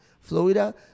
Florida